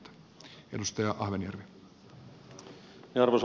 arvoisa puhemies